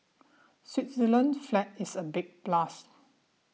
Switzerland's flag is a big plus